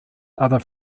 other